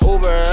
Uber